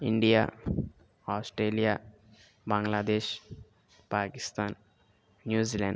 India Australia Bangladesh Pakistan New Zealand